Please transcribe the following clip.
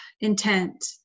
intent